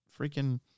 freaking